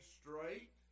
straight